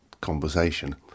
conversation